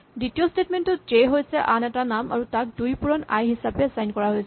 দ্বিতীয় স্টেটমেন্ট টোত জে হৈছে আন এটা নাম আৰু তাক দুই পুৰণ আই হিচাপে এচাইন কৰা হৈছে